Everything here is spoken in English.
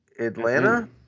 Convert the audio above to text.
Atlanta